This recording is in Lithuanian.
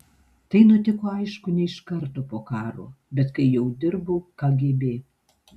tai nutiko aišku ne iš karto po karo bet kai jau dirbau kgb